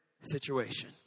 situation